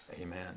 Amen